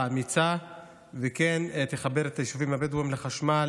אמיצה וכן יחברו את היישובים הבדואיים לחשמל.